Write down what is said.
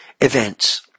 events